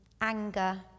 anger